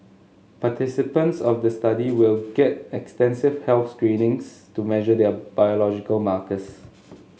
participants of the study will get extensive health screenings to measure their biological markers